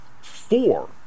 four